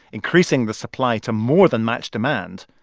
increasing the supply to more than matched demand,